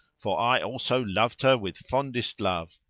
for i also loved her with fondest love.